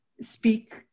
speak